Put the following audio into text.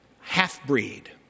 half-breed